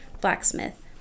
blacksmith